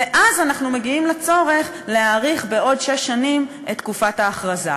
ואז אנחנו מגיעים לצורך להאריך בעוד שש שנים את תקופת ההכרזה.